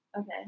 Okay